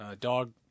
dog